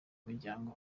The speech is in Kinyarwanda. miryango